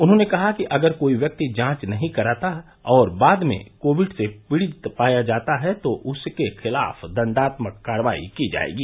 उन्होंने कहा कि अगर कोई व्यक्ति जांच नहीं कराता और बाद में कोविड से पीड़ित पाया जाता है तो उसके खिलाफ दंडात्मक कार्रवाई की जाएगी